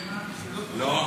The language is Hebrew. לא.